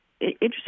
Interesting